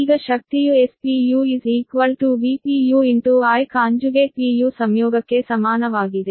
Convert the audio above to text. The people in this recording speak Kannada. ಈಗ ಶಕ್ತಿಯು Spu Vpu Ipu ಸಂಯೋಗಕ್ಕೆ ಸಮಾನವಾಗಿದೆ